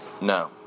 No